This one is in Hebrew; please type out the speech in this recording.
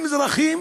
הם אזרחים